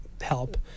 help